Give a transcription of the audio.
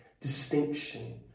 distinction